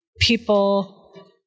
people